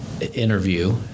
interview